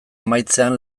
amaitzean